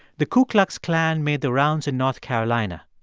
the ku klux klan made the rounds in north carolina.